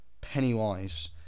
Pennywise